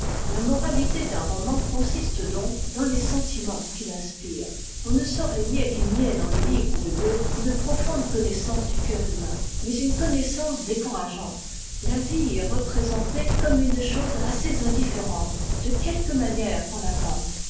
la moralité d'un roman consiste donc dans tes sentiments qu'il inspire on ne saurait nier qu'il n'y ait dans le livre de goethe une profonde connaissance du cœur humain mais une connaissance décourageante la vie y est représentée comme une chose assez indifférente de quelque manière qu'on la passe